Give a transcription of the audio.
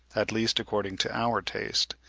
at least according to our taste,